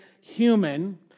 human